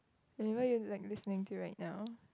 and why you like disangry right now